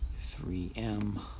3M